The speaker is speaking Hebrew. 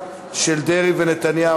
אנחנו עוברים להמשך סדר-היום.